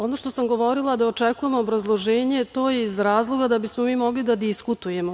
Ono što sam govorila, da očekujem obrazloženje, to je iz razloga da bismo mi mogli da diskutujemo.